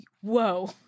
whoa